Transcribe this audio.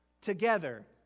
together